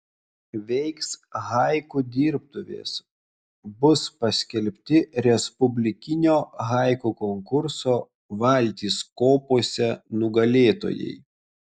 veiks haiku dirbtuvės bus paskelbti respublikinio haiku konkurso valtys kopose nugalėtojai